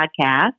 podcast